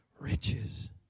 riches